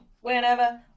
Whenever